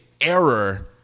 error